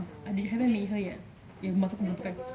I haven't meet her yet eh mask aku belum pakai